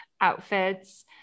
outfits